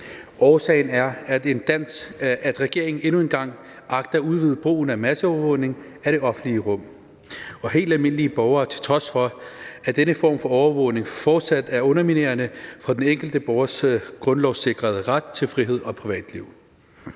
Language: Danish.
Årsagen er, at regeringen endnu en gang agter at udvide brugen af masseovervågning af det offentlige rum og helt almindelige borgere, til trods for at denne form for overvågning fortsat er underminerende for den enkelte borgers grundlovssikrede ret til frihed og privatliv.